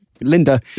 Linda